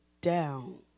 down